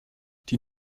die